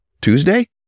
Tuesday